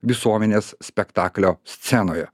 visuomenės spektaklio scenoje